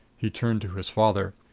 he turned to his father.